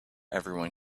everyone